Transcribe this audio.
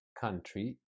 country